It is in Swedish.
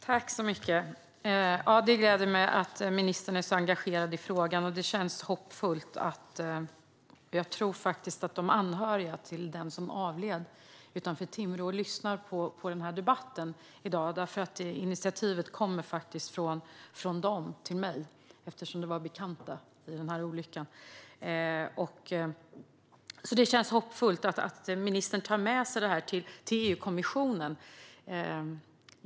Fru talman! Det gläder mig att ministern är så engagerad i frågan, och det känns hoppfullt. Jag tror faktiskt att de anhöriga till den som avled utanför Timrå lyssnar på debatten i dag. Initiativet till debatten kom från dem till mig; det var bekanta med i olyckan. Det känns hoppfullt att ministern tar med sig frågan till EU-kommissionen.